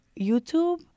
YouTube